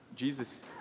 Jesus